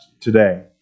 today